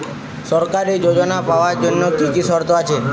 সরকারী যোজনা পাওয়ার জন্য কি কি শর্ত আছে?